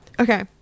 Okay